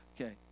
Okay